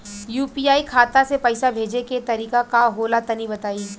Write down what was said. UPI खाता से पइसा भेजे के तरीका का होला तनि बताईं?